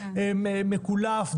מקולף,